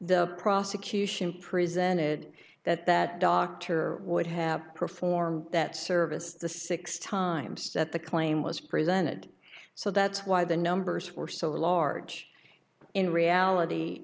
the prosecution presented that that doctor would have performed that service the six times that the claim was presented so that's why the numbers were so large in reality